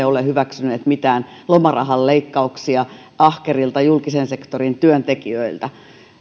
ole hyväksyneet mitään lomarahan leikkauksia ahkerilta julkisen sektorin työntekijöiltä